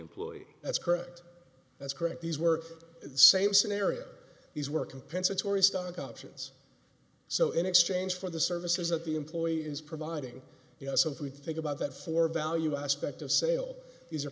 employee that's correct that's correct these were the same scenario these were compensatory stock options so in exchange for the services that the employee is providing us if we think about that for value aspect of sale